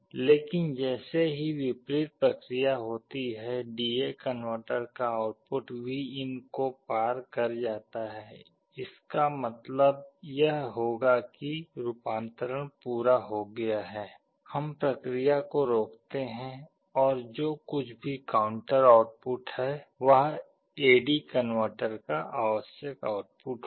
लेकिन जैसे ही विपरीत प्रक्रिया होती है डीए कनवर्टर का आउटपुट Vin को पार कर जाता है इसका मतलब यह होगा कि रूपांतरण पूरा हो गया है हम प्रक्रिया को रोकते हैं और जो कुछ भी काउंटर आउटपुट है वह ए डी कनवर्टर का आवश्यक आउटपुट होगा